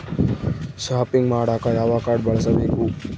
Shopping ಮಾಡಾಕ ಯಾವ card ಬಳಸಬೇಕು?